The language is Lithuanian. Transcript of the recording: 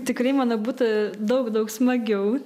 tikrai manau būtų daug daug smagiau